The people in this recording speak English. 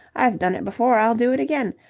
i've done it before, i'll do it again.